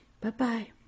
Bye-bye